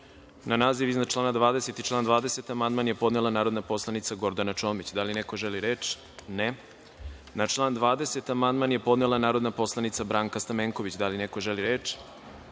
naziv iznad člana 20. i član 20. amandman je podnela narodna poslanica Gordana Čomić. Da li neko želi reč? (Ne.)Na član 20. amandman je podnela narodna poslanica Branka Stamenković. Da li neko želi reč?